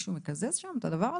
מישהו מקזז שם את הדבר הזה?